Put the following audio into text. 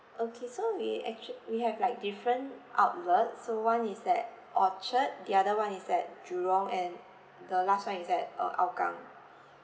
okay so we actu~ we have like different outlet so one is at orchard the other one is at jurong and the last one is at uh hougang